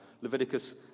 Leviticus